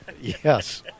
Yes